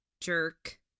Jerk